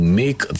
make